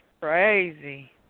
Crazy